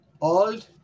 old